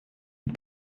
die